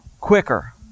quicker